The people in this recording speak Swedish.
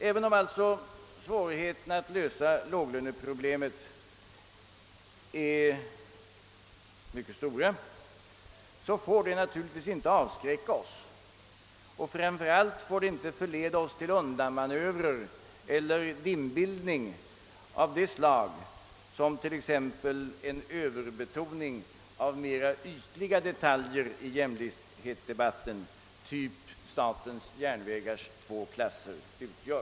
Även om svårigheterna att lösa låglöneproblemet alltså är mycket stora, får det inte avskräcka oss och framför allt får det inte förleda oss till undanmanövrer eller dimbildning av det slag som t.ex. en överbetoning av mera ytliga detaljer i jämlikhetsdebatten, typ statens järnvägars två klasser, utgör.